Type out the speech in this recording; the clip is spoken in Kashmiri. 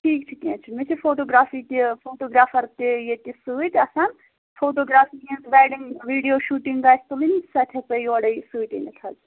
ٹھیٖک چھُ کینٛہہ چھُنہٕ مےٚ چھِ فوٹوگرٛافی تہِ فوٹوگرٛافر تہِ ییٚتہِ سۭتۍ آسان فوٹوگرٛافی ہِنٛز وٮ۪ڈِنٛگ ویٖڈیو شوٗٹِنٛگ آسہِ تُلٕنۍ سۄ تہِ ہٮ۪کہٕ بہٕ یورَے سۭتۍ أنِتھ حظ